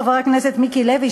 חבר הכנסת מיקי לוי,